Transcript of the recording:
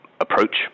approach